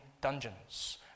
dungeons